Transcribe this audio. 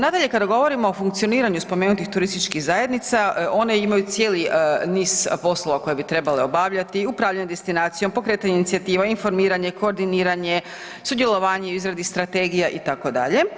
Nadalje, kada govorimo o funkcioniranju spomenutih turističkih zajednica one imaju cijeli niz poslova koje bi trebale obavljati, upravljanje destinacijom, pokretanje inicijativa, informiranje, koordiniranje, sudjelovanje u izradi strategija itd.